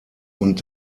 und